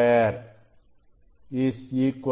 1 f